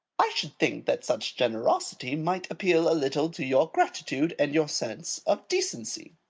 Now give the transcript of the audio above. i should think that such generosity might appeal a little to your gratitude and your sense of decency.